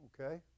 Okay